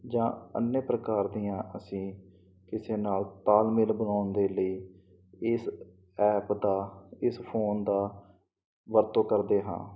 ਜਾਂ ਅਨੇਯ ਪ੍ਰਕਾਰ ਦੀਆਂ ਅਸੀਂ ਕਿਸੇ ਨਾਲ ਤਾਲਮੇਲ ਬਣਾਉਣ ਦੇ ਲਈ ਇਸ ਐਪ ਦੀ ਇਸ ਫੋਨ ਦੀ ਵਰਤੋਂ ਕਰਦੇ ਹਾਂ